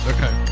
Okay